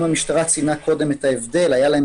המשטרה ציינה קודם את ההבדל היה להם